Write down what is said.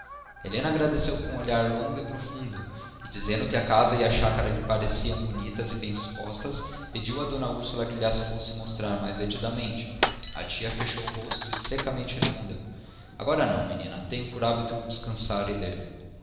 helena agradeceu com um olhar longo e profundo e dizendo que a casa e a chácara lhe pareciam bonitas e bem dispostas pediu a d úrsula que lhas fosse mostrar mais detidamente a tia fechou o rosto e secamente respondeu agora não menina tenho por hábito descansar e ler